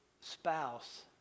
spouse